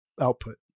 output